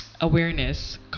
awareness